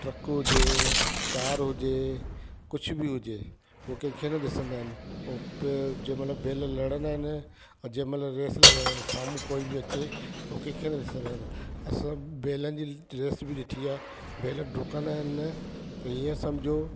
truck हुजे car हुजे कुझु बि हुजे हो कंहिंखे न ॾिसंदा इनजो जंहिमहिल बैल लड़ंदा आहिनि ऐं जंहिंमहिल रेस लॻराइण साम्हूं कोई बि अचे ओ कंहिंखे न ॾिसंदा आहिनि ऐं सभु बैलनि जी रेस बि ॾिठी आहे बैल डुकंदा आहिनि न त इहे सम्झो